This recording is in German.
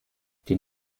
den